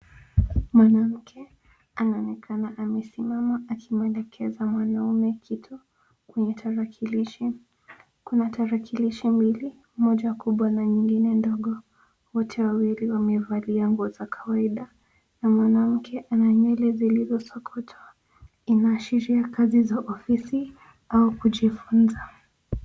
Mwanamke anaonekana amesimama akimuelekeza mwanaume kitu kwenye tarakilishi. Kuna tarakilishi mbili, moja kubwa na nyingine ndogo. Wote wawili wamevalia nguo na kawaida na mwanamke ana nywele zilizosokotwa. Inaashiria kazi za ofisi au kujifunza.